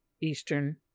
Eastern